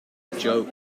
joke